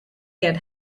get